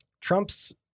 Trump's